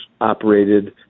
operated